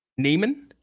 Neiman